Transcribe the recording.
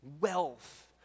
Wealth